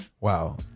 wow